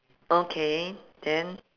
okay then